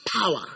power